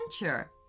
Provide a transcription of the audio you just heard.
adventure